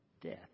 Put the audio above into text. death